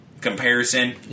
comparison